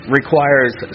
Requires